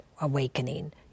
awakening